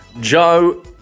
Joe